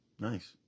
Nice